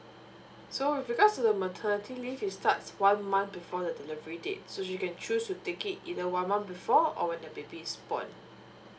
so with regards to the maternity leave it's starts one month before the delivery date so you can choose to take it either one month before or when the baby is born